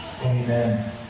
Amen